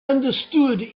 understood